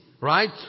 Right